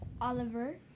Oliver